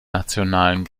nationalen